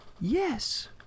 Yes